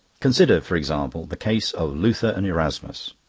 consider, for example, the case of luther and erasmus.